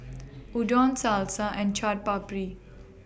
Udon Salsa and Chaat Papri